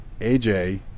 AJ